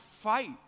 fight